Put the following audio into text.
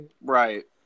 Right